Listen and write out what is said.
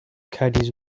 caddies